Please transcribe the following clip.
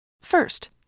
First